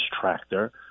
tractor